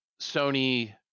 Sony